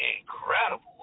Incredible